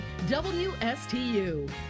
WSTU